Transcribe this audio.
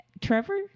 Trevor